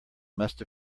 must